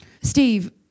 Steve